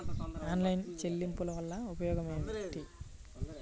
Online చెల్లింపుల వల్ల ఉపయోగమేమిటీ?